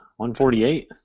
148